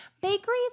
bakeries